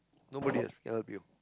nobody can help you